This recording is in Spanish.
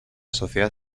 sociedad